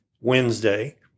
Wednesday